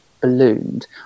ballooned